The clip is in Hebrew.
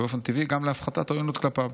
ובאופן טבעי גם להפחתת העוינות כלפיו.